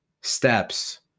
steps